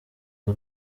uko